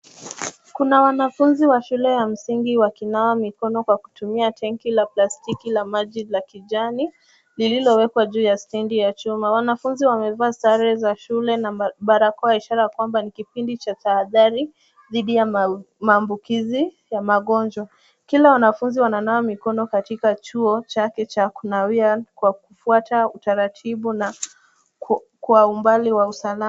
Kuna wanafunzi wa shule ya msingi wakinawa mikono kwa kutumia tenki la plastiki la maji la kijani lililowekwa juu ya stendi ya chuma. Wanafunzi wamevaa sare za shule na barakoa, ishara kwamba ni kipindi cha tahadhari dhidi ya maambukizi ya magonjwa. Kila wanafunzi wananawa mikono katika chuo chake cha kunawia kwa kufuata utaratibu na kwa umbali wa usalama.